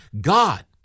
God